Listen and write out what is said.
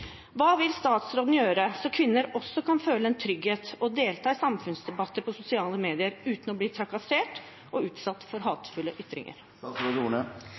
statsråden gjøre for at også kvinner kan føle en trygghet og delta i samfunnsdebatter på sosiale medier uten å bli trakassert og utsatt for hatefulle ytringer?